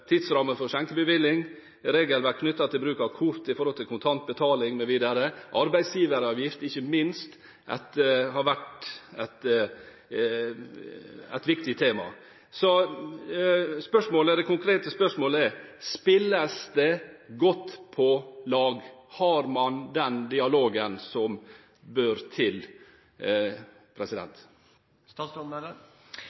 skjenkebevilling, regelverk knyttet til bruk av kort i forhold til kontant betaling mv. og arbeidsgiveravgift – ikke minst – vært viktige. Det konkrete spørsmålet er: Spilles det godt på lag? Har man den dialogen som bør til?